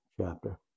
chapter